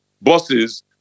bosses